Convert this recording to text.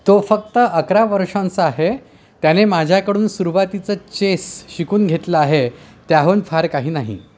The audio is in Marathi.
तो फक्त अकरा वर्षांचा आहे त्याने माझ्याकडून सुरवातीचं चेस शिकून घेतलं आहे त्याहून फार काही नाही